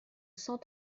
cent